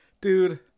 dude